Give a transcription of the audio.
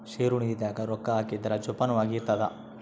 ಷೇರು ನಿಧಿ ದಾಗ ರೊಕ್ಕ ಹಾಕಿದ್ರ ಜೋಪಾನವಾಗಿ ಇರ್ತದ